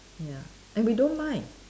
ya and we don't mind